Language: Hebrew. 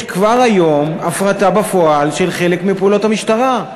יש כבר היום הפרטה בפועל של חלק מפעולות המשטרה,